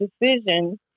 decision